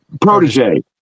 protege